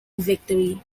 victory